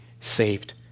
saved